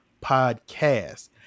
podcast